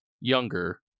younger